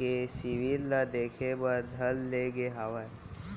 के सिविल ल देखे बर धर ले गे हावय